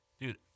Dude